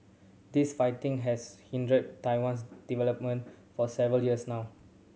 this fighting has hindered Taiwan's development for several years now